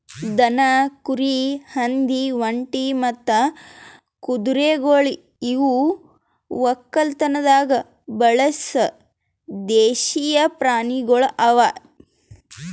ದನ, ಕುರಿ, ಹಂದಿ, ಒಂಟಿ ಮತ್ತ ಕುದುರೆಗೊಳ್ ಇವು ಒಕ್ಕಲತನದಾಗ್ ಬಳಸ ದೇಶೀಯ ಪ್ರಾಣಿಗೊಳ್ ಅವಾ